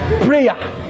Prayer